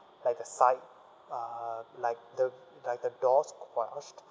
like the side uh like the like the doors crushed